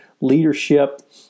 Leadership